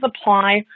apply